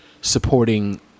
supporting